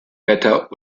wetter